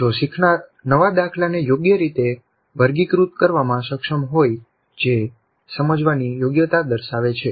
જો શીખનાર નવા દાખલાને યોગ્ય રીતે વર્ગીકૃત કરવામાં સક્ષમ હોય જે સમજવાની યોગ્યતા દર્શાવે છે